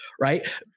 right